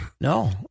No